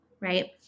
right